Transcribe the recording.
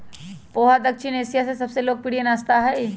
पोहा दक्षिण एशिया के सबसे लोकप्रिय नाश्ता हई